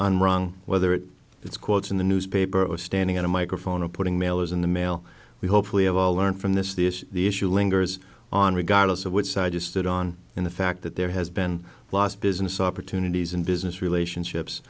on wrong whether it is quote in the newspaper or standing in a microphone or putting mailers in the mail we hopefully have all learned from this the issue the issue lingers on regardless of which side just stood on in the fact that there has been lost business opportunities in business relationships